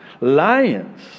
lions